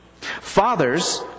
Fathers